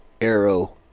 arrow